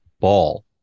ball